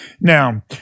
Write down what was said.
Now